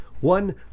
one